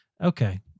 Okay